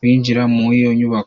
binjira mu iyo nyubako.